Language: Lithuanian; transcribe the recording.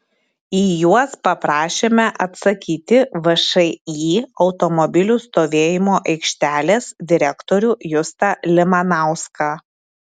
į juos paprašėme atsakyti všį automobilių stovėjimo aikštelės direktorių justą limanauską